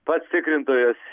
pats tikrintojas